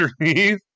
underneath